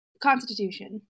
constitution